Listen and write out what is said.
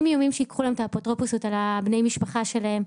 איומים שייקחו להם את האפוטרופסות על בני המשפחה שלהם.